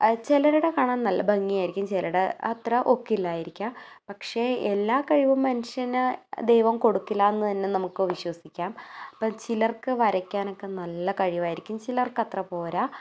ചിലരുടെ കാണാൻ നല്ല ഭംഗിയായിരിക്കും ചിലരുടെ അത്ര ഒക്കില്ലായിരിക്കാം പക്ഷേ എല്ലാ കഴിവും മനുഷ്യന് ദൈവം കൊടുക്കില്ലാ എന്നുതന്നേ നമുക്ക് വിശ്വസിക്കാം അപ്പോൾ ചിലർക്ക് വരയ്ക്കാനൊക്കെ നല്ല കഴിവായിരിക്കും ചിലർക്ക് അത്ര പോരാ